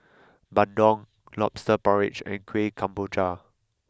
Bandung Lobster Porridge and Kueh Kemboja